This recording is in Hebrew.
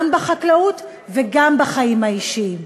גם בחקלאות וגם בחיים האישיים.